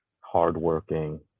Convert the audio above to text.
hardworking